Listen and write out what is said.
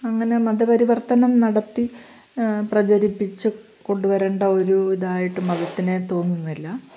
അങ്ങനെ മതപരിവർത്തനം നടത്തി പ്രചരിപ്പിച്ച് കൊണ്ടുവരേണ്ട ഒരു ഇതായിട്ട് മതത്തിനെ തോന്നുന്നില്ല